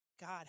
God